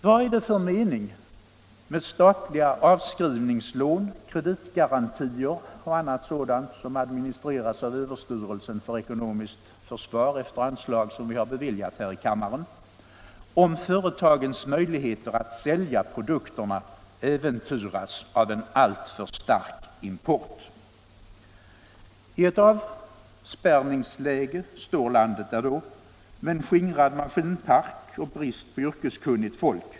Vad är det för mening med statliga avskrivningslån, kreditgarantier och annat sådant som administreras av överstyrelsen för ekonomiskt försvar efter anslag som vi har beviljat här i kammaren om företagens möjligheter att sälja produkterna äventyras av en alltför stark import? I ett avspärrningsläge står landet då där med en skingrad maskinpark och brist på yrkeskunnigt folk.